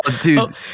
dude